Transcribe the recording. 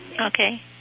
Okay